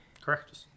Correct